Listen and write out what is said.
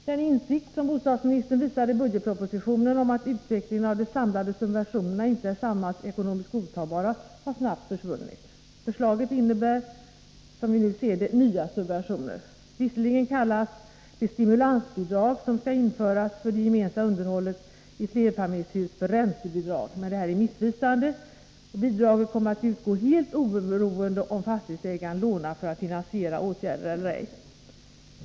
Den insikt bostadsministern visade i budgetpropositionen om att utvecklingen av de samlade subventionerna inte är samhällsekonomiskt godtagbar har snabbt försvunnit. Förslaget innebär, som vi nu ser det, nya subventioner. Visserligen kallas det stimulansbidrag som skall införas för det gemensamma underhållet i flerfamiljshus för räntebidrag, men detta är missvisande. Bidraget kommer att utgå helt oberoende av om fastighetsägaren lånar för att finansiera åtgärder eller ej.